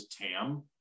tam